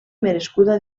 merescuda